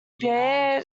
bear